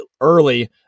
early